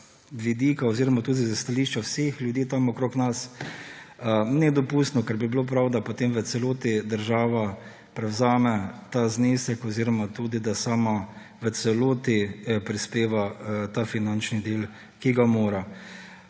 oziroma tudi s stališča vseh ljudi tam okrog nas nedopustno, ker bi bilo prav, da potem v celoti država prevzame ta znesek oziroma da sama v celoti prispeva ta finančni del, ki ga mora.